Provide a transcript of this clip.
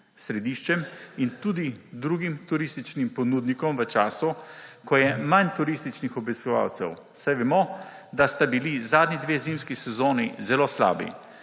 središčem in tudi drugim turističnim ponudnikom v času, ko je manj turističnih obiskovalcev, saj vemo, da sta bili zadnji dve zimski sezoni zelo slabi.